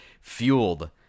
fueled